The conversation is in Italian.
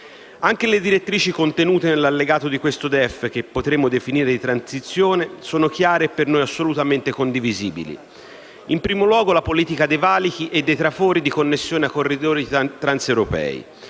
Anche le direttrici contenute nell'allegato di questo DEF, che potremmo definire di transizione, sono chiare e per noi assolutamente condivisibili. In primo luogo, la politica dei valichi e dei trafori di connessione ai corridoi transeuropei: